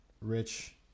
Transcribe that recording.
rich